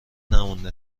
نمونده